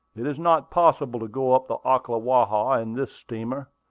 it is not possible to go up the ocklawaha in this steamer,